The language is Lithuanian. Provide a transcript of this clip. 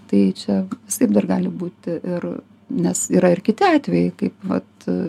tai čia visaip dar gali būti ir nes yra ir kiti atvejai kaip vat